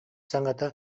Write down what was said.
саҥата